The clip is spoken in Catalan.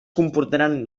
comportaran